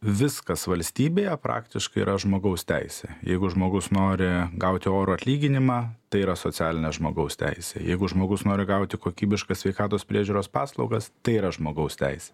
viskas valstybėje praktiškai yra žmogaus teisė jeigu žmogus nori gauti orų atlyginimą tai yra socialinė žmogaus teisė jeigu žmogus nori gauti kokybiškas sveikatos priežiūros paslaugas tai yra žmogaus teisė